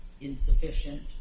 insufficient